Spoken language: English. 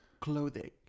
Clothing